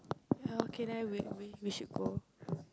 ya okay then we we should go